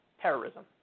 Terrorism